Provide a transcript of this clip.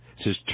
Says